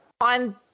On